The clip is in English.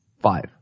Five